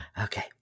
okay